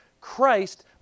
Christ